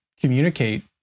communicate